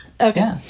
Okay